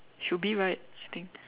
should be right she think